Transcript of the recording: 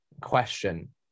question